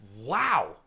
Wow